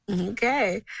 Okay